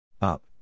up